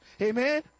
Amen